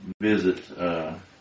visit